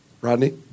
Rodney